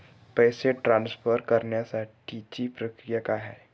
पैसे ट्रान्सफर करण्यासाठीची प्रक्रिया काय आहे?